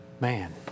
Man